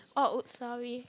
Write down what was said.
oh sorry